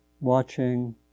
watching